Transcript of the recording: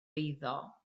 eiddo